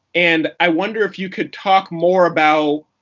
and i wonder if you could talk more about